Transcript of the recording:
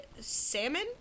salmon